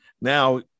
now